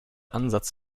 ansatz